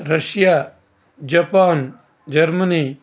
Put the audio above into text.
Russia Japan Germany